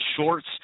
shorts